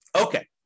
Okay